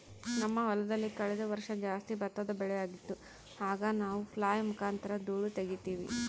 ನಮ್ಮ ಹೊಲದಲ್ಲಿ ಕಳೆದ ವರ್ಷ ಜಾಸ್ತಿ ಭತ್ತದ ಬೆಳೆಯಾಗಿತ್ತು, ಆಗ ನಾವು ಫ್ಲ್ಯಾಯ್ಲ್ ಮುಖಾಂತರ ಧೂಳು ತಗೀತಿವಿ